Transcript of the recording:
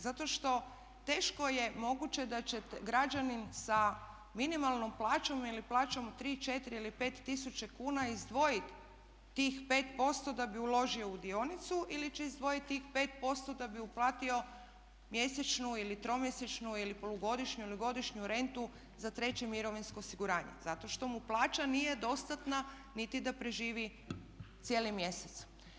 Zato što teško je moguće da će građanin sa minimalnom plaćom ili plaćom tri, četiri ili pet tisuća kuna izdvojiti tih 5% da bi uložio u dionicu ili će izdvojiti tih 5% da bi uplatio mjesečnu ili tromjesečnu ili polugodišnju ili godišnju rentu za treće mirovinsko osiguranje zato što mu plaća nije dostatna niti da preživi cijeli mjesec.